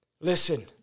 listen